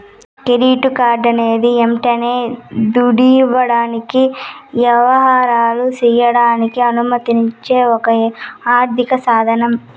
credit కార్డన్నది యంటనే దుడ్డివ్వకుండా యవహారాలు సెయ్యడానికి అనుమతిచ్చే ఒక ఆర్థిక సాదనం